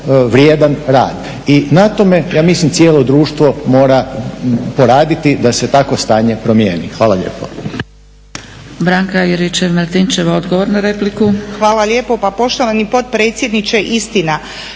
vrijedan rad. I na tome ja mislim cijelo društvo mora poraditi da se takvo stanje promijeni. Hvala lijepo.